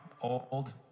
old